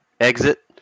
exit